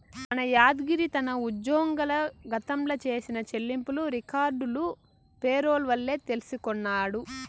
మన యాద్గిరి తన ఉజ్జోగంల గతంల చేసిన చెల్లింపులు రికార్డులు పేరోల్ వల్లే తెల్సికొన్నాడు